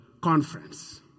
conference